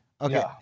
Okay